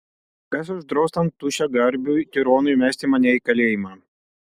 kas uždraus tam tuščiagarbiui tironui įmesti mane į kalėjimą